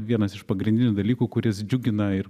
vienas iš pagrindinių dalykų kuris džiugina ir